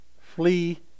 flee